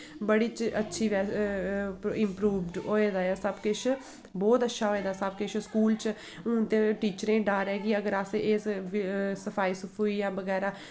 बड़ी अच्छी इंप्रूवड होए दा ऐ सब किश बोह्त अच्छा होए दा सब किश स्कूल च हून ते टीचरें डर ऐ कि अगर अस इस सफाई सफुई जां बगैरा